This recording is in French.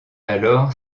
alors